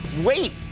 Wait